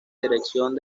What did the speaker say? dirección